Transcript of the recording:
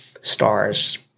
stars